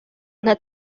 nka